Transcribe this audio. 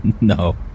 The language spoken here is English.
No